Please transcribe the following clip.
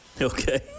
Okay